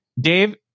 Dave